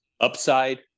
upside